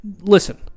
listen